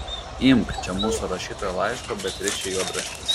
imk čia mūsų rašyto laiško beatričei juodraštis